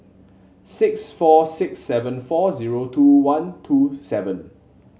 six four six seven four zero two one two seven